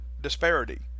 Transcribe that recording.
disparity